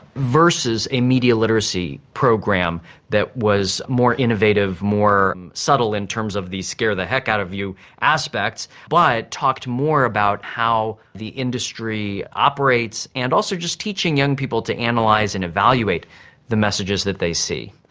versus a media literacy program that was more innovative, more subtle in terms of the scare the heck out of you aspects, but talked more about how the industry operates and also just teaching young people to and analyse and evaluate the messages that they see.